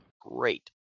Great